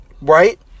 right